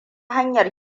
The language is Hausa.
hanyar